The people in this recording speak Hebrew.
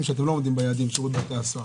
שאתם לא עומדים ביעדים בשירות בתי הסוהר.